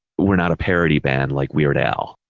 we're not a parody band, like weird al,